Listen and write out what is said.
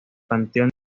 panteón